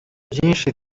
byinshi